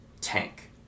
tank